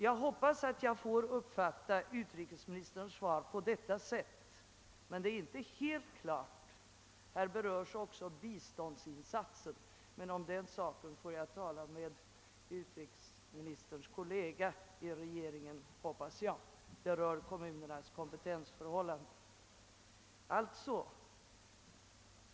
Jag hoppas att jag får uppfatta utrikesministerns svar på detta sätt, men det är inte helt klart. Här berörs också biståndsinsatsen, men om den saken får jag väl tala med en regeringskollega till utrikesministern; frågan rör kommunernas kompetensförhållanden.